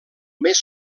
més